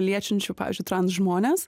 liečiančių pavyzdžiui transžmones